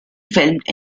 filmed